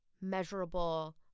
measurable